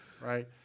Right